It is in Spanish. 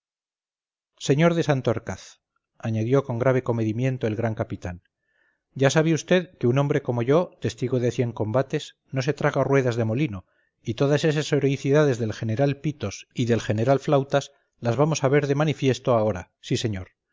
sr de santorcaz añadió con grave comedimiento el gran capitán ya sabe vd que un hombre como yo testigo de cien combates no se traga ruedas de molino y todas esas heroicidades del general pitos y del general flautas las vamos a ver de manifiesto ahora sí señor